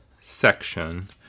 section